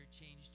changed